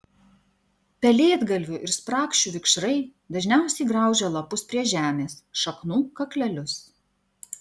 pelėdgalvių ir sprakšių vikšrai dažniausiai graužia lapus prie žemės šaknų kaklelius